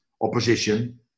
opposition